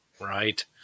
Right